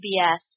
PBS